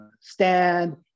stand